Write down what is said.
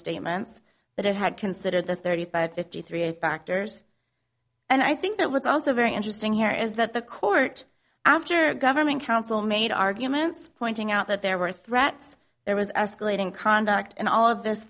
statements that had considered the thirty five fifty three factors and i think that was also very interesting here is that the court after governing council made arguments pointing out that there were threats there was escalating conduct and all of this